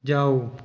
ਜਾਓ